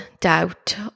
doubt